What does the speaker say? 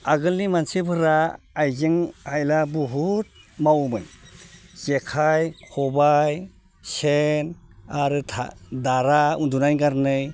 आगोलनि मानसिफोरा आइजें आयला बहुत मावोमोन जेखाइ खबाइ सेन आरो दारा उन्दुनायनि कारनै